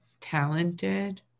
talented